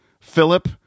Philip